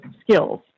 skills